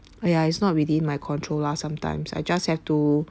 !aiya! it's not within my control lah sometimes I just have to